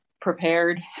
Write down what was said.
prepared